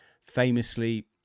famously